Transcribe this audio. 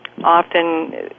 often